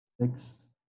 six